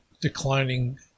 declining